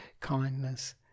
kindness